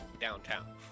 downtown